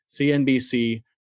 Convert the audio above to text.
CNBC